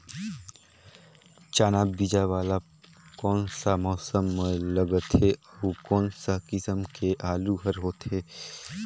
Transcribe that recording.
चाना बीजा वाला कोन सा मौसम म लगथे अउ कोन सा किसम के आलू हर होथे?